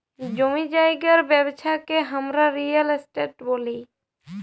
জমি জায়গার ব্যবচ্ছা কে হামরা রিয়েল এস্টেট ব্যলি